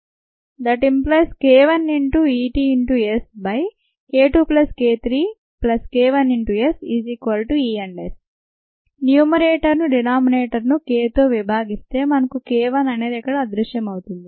k1EtSk2k3ESk1ESS k1EtSk2k3k1SES k1EtSk2k3k1SES న్యూమరేటర్ను డినామినేటర్ను k1 తో విభాగిస్తే మనకు k 1 అనేది ఇక్కడ అదృశ్యమవుతుంది